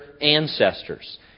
ancestors